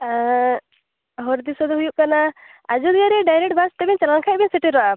ᱦᱚᱨ ᱫᱤᱥᱟᱹ ᱫᱚ ᱦᱩᱭᱩᱜ ᱠᱟᱱᱟ ᱟᱡᱚᱫᱤᱭᱟᱹ ᱨᱮ ᱰᱟᱭᱨᱮᱴ ᱵᱟᱥ ᱛᱮᱵᱮᱱ ᱪᱟᱞᱟᱣ ᱞᱮᱱᱠᱷᱟᱱ ᱵᱮᱱ ᱥᱮᱴᱮᱨᱚᱜᱼᱟ